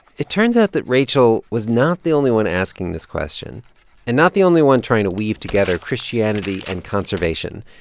it turns out that rachel was not the only one asking this question and not the only one trying to weave together christianity and conservation.